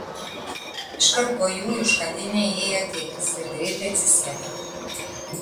iškart po jų į užkandinę įėjo tėtis ir greitai atsisėdo